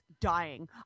dying